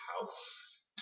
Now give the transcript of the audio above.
house